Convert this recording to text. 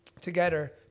together